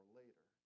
later